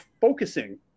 focusing